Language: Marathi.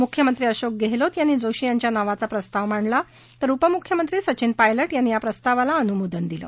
मुख्यमंत्री अशोक गेहलोत यांनी जोशी यांच्या नावाचा प्रस्ताव मांडला तर उपमुख्यमंत्री सविन पायलट यांनी या प्रस्तावाला अनुमोदन दिलं